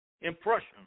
impression